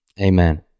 amen